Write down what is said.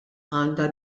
għandha